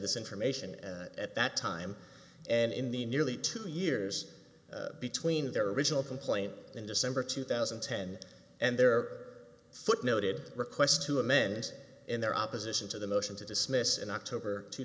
this information at that time and in the nearly two years between their original complaint in december two thousand and ten and their footnoted request to amend in their opposition to the motion to dismiss in october two